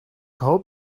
hoop